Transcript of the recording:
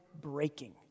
breaking